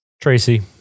Tracy